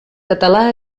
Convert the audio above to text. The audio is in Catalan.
català